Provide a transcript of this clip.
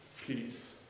peace